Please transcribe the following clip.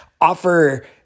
offer